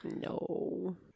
No